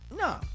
No